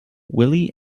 willie